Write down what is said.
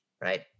right